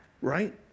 right